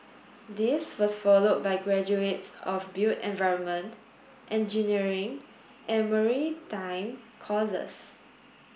this was followed by graduates of built environment engineering and maritime courses